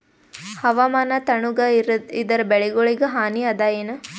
ಹವಾಮಾನ ತಣುಗ ಇದರ ಬೆಳೆಗೊಳಿಗ ಹಾನಿ ಅದಾಯೇನ?